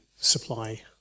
supply